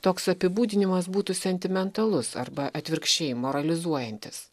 toks apibūdinimas būtų sentimentalus arba atvirkščiai moralizuojantis